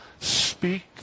Speak